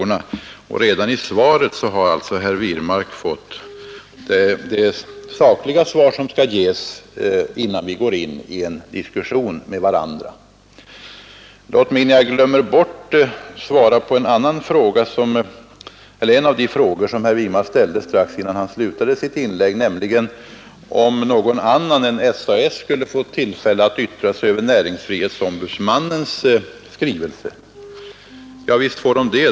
Redan där har alltså herr Wirmark fått det sakliga svar, som skall ges innan vi går in i en diskussion med varandra. Låt mig innan jag glömmer bort det svara på en av de frågor som herr Wirmark ställde strax innan han slutade sitt inlägg, nämligen om någon annan än SAS skulle få tillfälle att yttra sig över näringsfrihetsombudsmannens skrivelse. Ja, visst får man det.